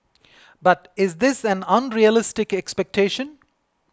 but is this an unrealistic expectation